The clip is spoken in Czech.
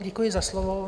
Děkuji za slovo.